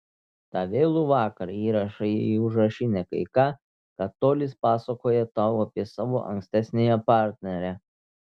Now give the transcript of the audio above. tą vėlų vakarą įrašai į užrašinę kai ką ką tolis pasakojo tau apie savo ankstesniąją partnerę